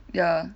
ya